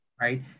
right